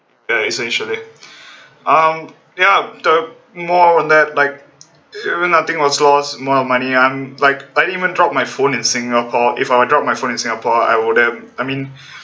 ya essentially um ya the more and that like nothing was lost amount of money I'm like I didn't even drop my phone in singapore if I were to drop my phone in singapore I would have I mean